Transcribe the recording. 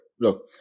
Look